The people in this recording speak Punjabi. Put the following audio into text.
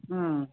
ਹਾਂ